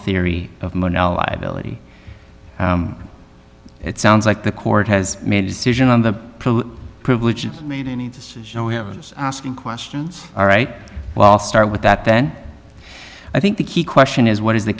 theory of it sounds like the court has made a decision on the privilege and made any decision we have asking questions all right well start with that then i think the key question is what is the